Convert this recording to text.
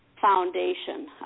foundation